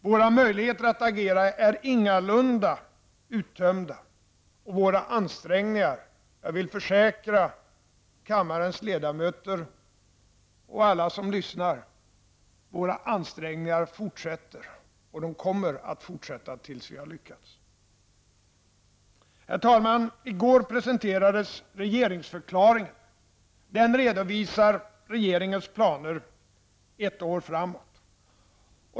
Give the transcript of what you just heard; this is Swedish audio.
Våra möjligheter att agera är ingalunda uttömda, och våra ansträngningar -- det vill jag försäkra kammarens ledamöter och andra som lyssnar -- kommer att fortsätta till dess att vi har lyckats. I går presenterades regeringsförklaringen. Den redovisar regeringens planer ett år framåt.